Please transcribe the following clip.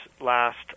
last